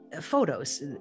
photos